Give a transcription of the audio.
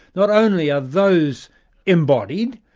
not only are those embodied,